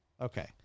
Okay